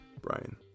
brian